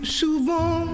souvent